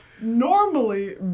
normally